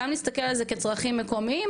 גם להסתכל על זה כצרכים מקומיים,